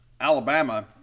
Alabama